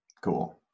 Cool